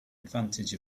advantage